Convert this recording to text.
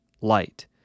light